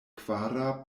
kvara